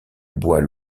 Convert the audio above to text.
bois